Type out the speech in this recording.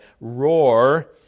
roar